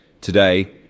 Today